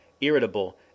irritable